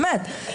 באמת,